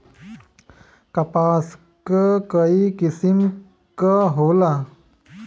कपास क कई किसिम क होला